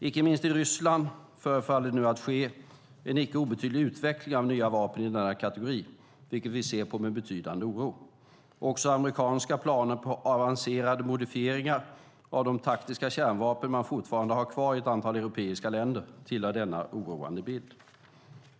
Icke minst i Ryssland förefaller det nu att ske en icke obetydlig utveckling av nya vapen i denna kategori, vilket vi ser på med betydande oro. Också amerikanska planer på avancerade modifieringar av de taktiska kärnvapen man fortfarande har kvar i ett antal europeiska länder tillhör denna oroande bild.